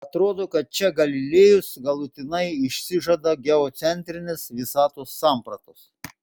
atrodo kad čia galilėjus galutinai išsižada geocentrinės visatos sampratos